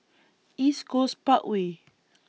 East Coast Parkway